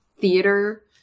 theater